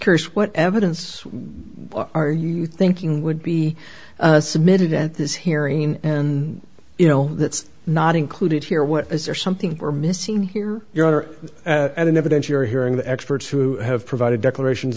curious what evidence are you thinking would be submitted at this hearing and you know that's not included here what is there something we're missing here your honor at an evidentiary hearing the experts who have provided declarations